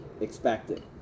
expected